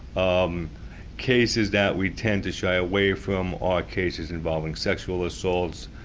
um cases that we tend to shy away from are cases involving sexual assaults,